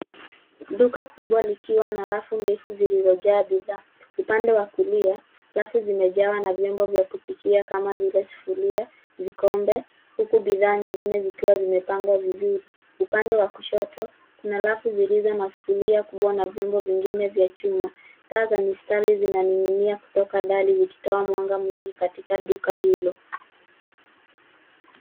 Duka kubwa likiwa na rafu ndefu zilizojaa bidhaa. Upande wa kulia, rafu zimejawa na vyombo vya kupikia kama vile sufuria, vikombe huku bidhaa nyingine zikiwa zimepangwa vizuri. Upande wa kushoto, kuna rafu zilizo na sufuria kubwa na vyombo vingine vya chuma. Taa za mistari zinaning'inia kutoka dali zikitoa mwanga mwingi katika duka hilo.